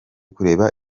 kureba